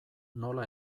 nola